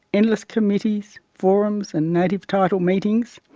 endless committees, forums and native title meetings.